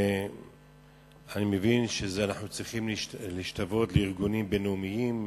אני מבין שאנחנו צריכים להשתוות לארגונים בין-לאומיים,